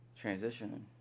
Transitioning